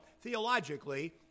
theologically